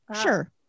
sure